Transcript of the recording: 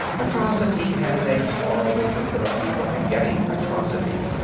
atrocity has a horrible facility for begetting atrocity.